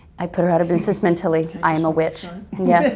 i put her out of business mentally. i am a witch. and yeah yes.